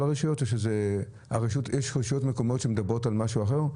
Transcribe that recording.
הרשויות או שיש רשויות מקומיות שמדברות על משהו אחר?